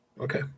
Okay